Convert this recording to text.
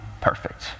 perfect